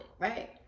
right